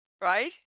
right